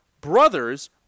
brothers